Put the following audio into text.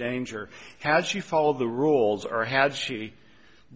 change or has she followed the rules are had she